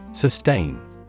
Sustain